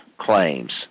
claims